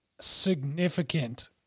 significant